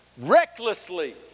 recklessly